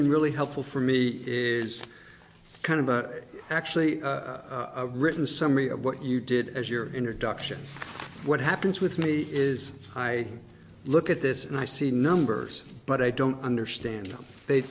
been really helpful for me is kind of actually written summary of what you did as your introduction what happens with me is i look at this and i see numbers but i don't understand them they